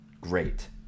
Great